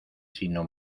sino